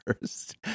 first